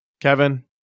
Kevin